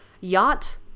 yacht